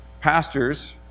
pastors